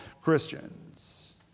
Christians